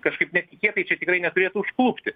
kažkaip netikėtai čia tikrai neturėtų užklupti